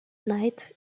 knight